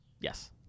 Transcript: Yes